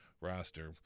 roster